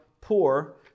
poor